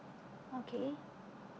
okay